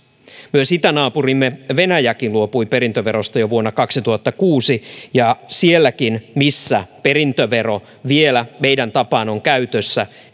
myös itänaapurimme venäjä luopui perintöverosta jo vuonna kaksituhattakuusi sielläkin missä perintövero vielä meidän tapaan on käytössä